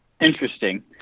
Interesting